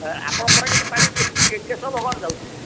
ଆପଣଙ୍କ ସେଠି ପାଣି କେତେ ସମୟ ଯାଉଛି